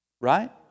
Right